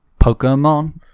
Pokemon